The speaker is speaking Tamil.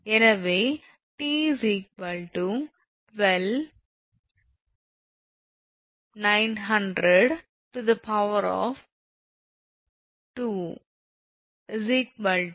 எனவே 𝑇 129002 6450 𝐾𝑔